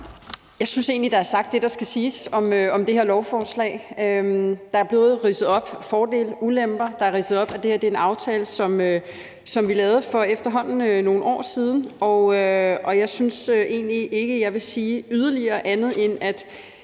Jeg synes egentlig, der er blevet sagt det, der skal siges om det her lovforslag. Det er både blevet ridset fordele og ulemper op, og der er blevet ridset op, at det her er en aftale, som vi lavede for efterhånden nogle år siden. Jeg synes egentlig ikke, jeg vil sige yderligere, andet end at